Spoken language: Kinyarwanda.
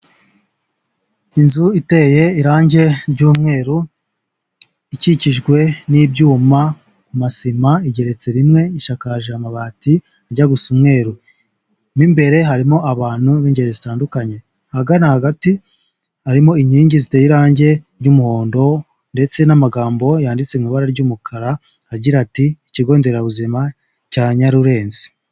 Inzu iteye irangi ry'umweru, ikikijwe n'ibyuma ku masima, igeretse rimwe ishakakaje amabati ajya gusa umweru, mo imbere harimo abantu b'ingeri zitandukanye, hagana hagati, harimo inkingi ziteye irangi ry'umuhondo ndetse n'amagambo yanditse mu ibara ry'umukara, agira ati "ikigo nderabuzima cya Nyarurenzi."